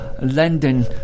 London